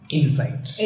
insight